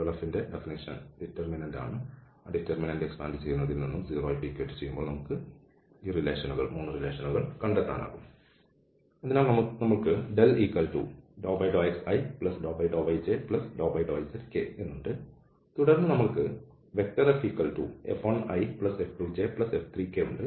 അതിനാൽ നമ്മൾക്ക് δxiδyjδzk ഉണ്ട് തുടർന്ന് നമ്മൾക്ക് ഈ FF1iF2jF3k ഉണ്ട്